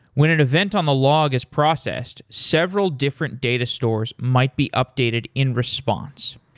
when an event on the log is processed, several different data stores might be updated in response.